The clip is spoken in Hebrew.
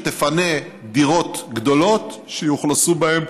שתפנה דירות גדולות שיאוכלסו בהן